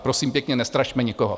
Prosím pěkně, nestrašme nikoho.